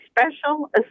special